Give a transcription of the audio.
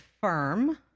firm